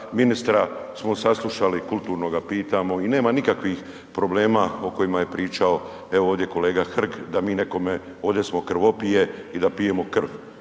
ministra saslušali kulturno ga pitamo i nema nikakvih problema o kojima je pričao evo ovdje kolega Hrg da mi nekome ovdje smo krvopije i da pijemo krv.